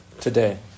Today